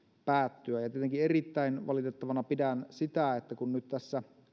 puuttua tietenkin erittäin valitettavana pidän tätä kun nyt tässä